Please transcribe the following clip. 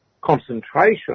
concentration